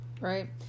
right